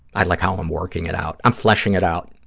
i like how i'm working it out. i'm fleshing it out.